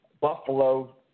Buffalo